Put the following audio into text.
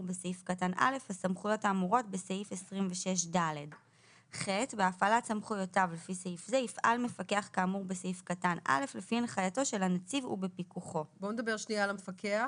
בסעיף קטן (א) הסמכויות האמורות בסעיף 26ד. בואו נדבר על המפקח,